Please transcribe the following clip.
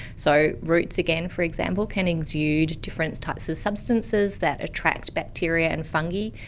so roots, again, for example, can exude different types of substances that attract bacteria and fungi,